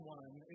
one